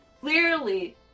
clearly